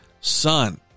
son